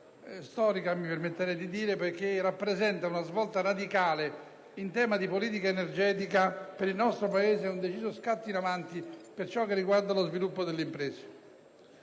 mi permetterei di dire storica, poiché rappresenta una svolta radicale in tema di politica energetica per il nostro Paese e un deciso scatto in avanti per ciò che riguarda lo sviluppo delle imprese.